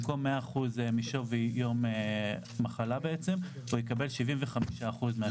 במקום 100% משווי יום מחלה הוא יקבל 75% מהשווי.